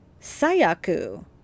Sayaku